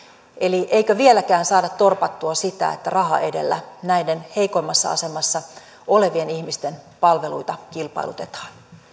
eli eikö vieläkään saada torpattua sitä että raha edellä näiden heikoimmassa asemassa olevien ihmisten palveluita kilpailutetaan